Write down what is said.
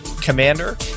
commander